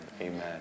amen